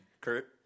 Kurt